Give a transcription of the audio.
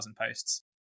posts